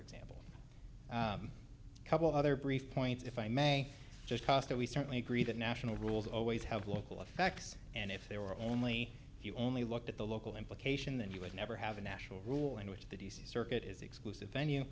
example couple of other brief points if i may just cost that we certainly agree that national rules always have local effects and if they were only if you only looked at the local implication then you would never have a national rule in which the d c circuit is exclusive venue